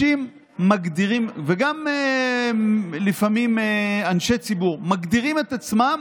לפעמים גם אנשי ציבור מגדירים את עצמם